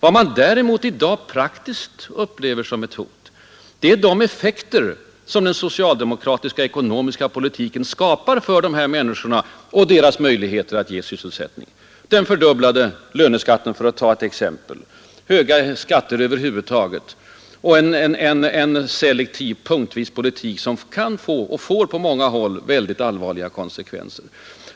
Vad man däremot praktiskt upplever som ett hot är de effekter som den socialdemokratiska ekonomiska politiken skapar för människorna och deras möjligheter att ge sysselsättning — den fördubblade löneskatten, för att ta ett exempel, höga skatter över huvud taget och en selektiv, dvs. punktvis insatt politik som kan få och på många håll får allvarliga konsekvenser.